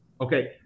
okay